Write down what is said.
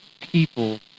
people